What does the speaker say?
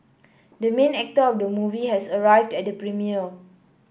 the main actor of the movie has arrived at the premiere